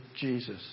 Jesus